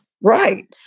Right